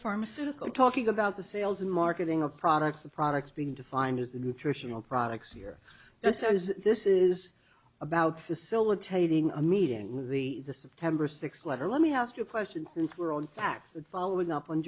pharmaceutical talking about the sales and marketing a product the product being defined as the nutritional products here this is this is about facilitating a meeting the the september sixth letter let me ask you a question since we're on facts and following up on